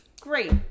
great